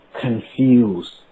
confused